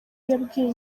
yabwiye